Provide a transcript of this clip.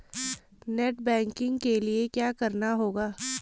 Net banking के लिए क्या करना होगा?